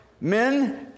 men